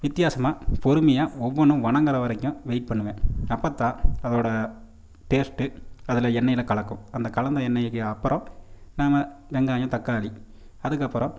வித்தியாசமாக பொறுமையாக ஒவ்வொன்றும் வதங்கற வரைக்கும் வெயிட் பண்ணுவேன் அப்போதான் அதோடய டேஸ்ட்டு அதில் எண்ணெயில் கலக்கும் அந்த கலந்த எண்ணெயிக்கு அப்புறம் நாம் வெங்காயம் தக்காளி அதுக்கப்புறம்